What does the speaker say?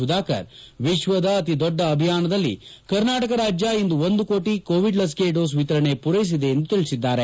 ಸುಧಾಕರ್ ವಿಶ್ವದ ಅತಿ ದೊಡ್ಡ ಅಭಿಯಾನದಲ್ಲಿ ಕರ್ನಾಟಕ ರಾಜ್ಯ ಇಂದು ಒಂದು ಕೋಟಿ ಕೋವಿಡ್ ಲಸಿಕೆ ಡೋಸ್ ವಿತರಣೆ ಪೂರ್ಲೆಸಿ ವಿತರಿಸಿದೆ